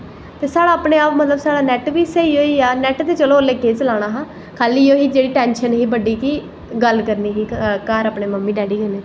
ते साढ़ा अपनें आप साढ़ा मतलव नैट बी स्हेई होइआ नैट ते चलो उसलै केह् चलानां हा खाल्ली एह् ही टैंशन ही बड्डी कि गल्ल करनी ही घर अपनें मम्मी डैड़ी कन्नै